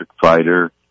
fighter